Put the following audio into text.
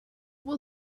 will